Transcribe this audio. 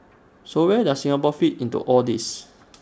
so where does Singapore fit into all this